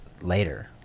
later